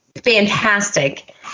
fantastic